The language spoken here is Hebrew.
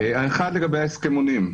האחד לגבי ההסכמונים: